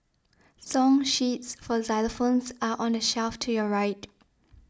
song sheets for xylophones are on the shelf to your right